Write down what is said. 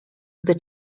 gdy